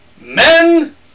Men